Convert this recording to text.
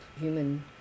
human